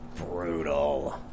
Brutal